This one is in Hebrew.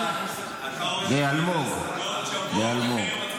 לאלמוג, לאלמוג.